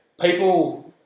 People